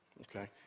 Okay